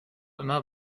immer